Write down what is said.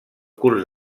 curs